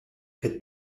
che